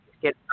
Get